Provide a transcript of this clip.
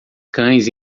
cães